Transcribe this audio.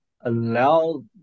allow